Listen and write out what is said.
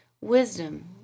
Wisdom